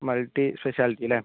multi speciality അല്ലേ